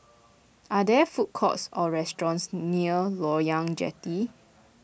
are there food courts or restaurants near Loyang Jetty